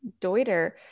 Deuter